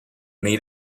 need